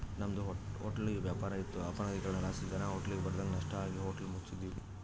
ನಮ್ದು ಹೊಟ್ಲ ವ್ಯಾಪಾರ ಇತ್ತು ಅಪನಗದೀಕರಣಲಾಸಿ ಜನ ಹೋಟ್ಲಿಗ್ ಬರದಂಗ ನಷ್ಟ ಆಗಿ ಹೋಟ್ಲ ಮುಚ್ಚಿದ್ವಿ